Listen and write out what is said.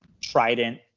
trident